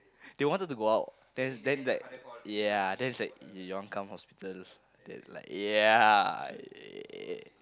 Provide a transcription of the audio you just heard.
they wanted to go out then then like ya then it's like you want come hospital then like ya~